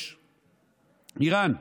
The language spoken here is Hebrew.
6. איראן,